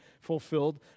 fulfilled